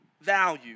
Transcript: value